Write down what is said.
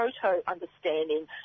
proto-understanding